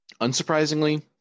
unsurprisingly